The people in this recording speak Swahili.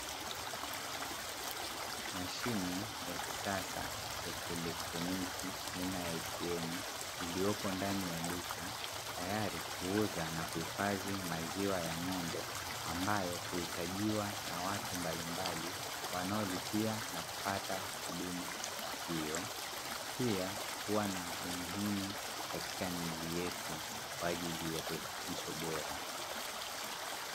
Mashine ya kisasa ya kielektroniki aina ya "ATM", iliyopo ndani ya duka tayari kuuza na kuhifadhi maziwa ya ng'ombe, ambayo huhitajiwa na watu mbalimbali wanaolipia na kupata huduma hiyo. Pia kuwa na umuhimu katika miili yetu kwa ajili ya virutubisho bora.